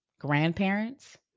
grandparents